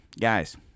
Guys